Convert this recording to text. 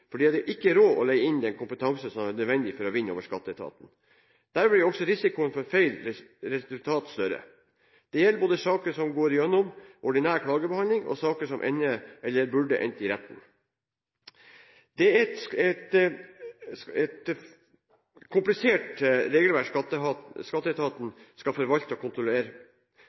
fordi de ikke har råd til å leie inn den kompetanse som er nødvendig for å vinne over skatteetaten. Dermed blir også risikoen for feil resultat større. Det gjelder både saker som går igjennom ordinær klagebehandling, og saker som ender eller burde endt i retten. Det er et komplisert regelverk skatteetaten skal forvalte og kontrollere,